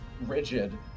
rigid